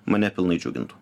mane pilnai džiugintų